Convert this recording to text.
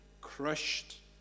crushed